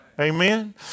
Amen